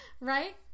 Right